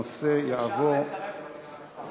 הנושא יעבור, אם אפשר לצרף אותי.